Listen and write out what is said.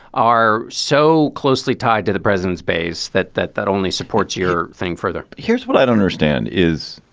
are so closely tied to the president's base that that that only supports your thing further here's what i don't understand is,